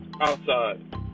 Outside